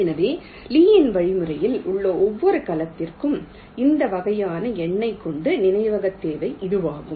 எனவே லீயின் வழிமுறையில் உள்ள ஒவ்வொரு கலத்திற்கும் இந்த வகையான எண்ணைக் கொண்ட நினைவகத் தேவை இதுவாகும்